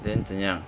then 怎样